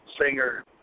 singer